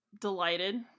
delighted